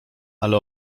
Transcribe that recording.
ale